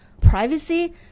Privacy